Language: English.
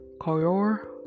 Koyor